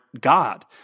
God